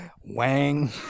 Wang